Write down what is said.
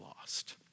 lost